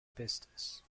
business